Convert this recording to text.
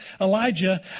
Elijah